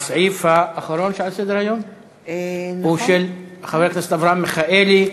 הסעיף האחרון שעל סדר-היום הוא של חבר הכנסת אברהם מיכאלי: